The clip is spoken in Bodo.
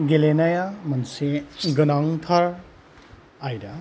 गेलेनाया मोनसे गोनांथार आयदा